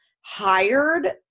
hired